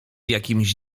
jakimś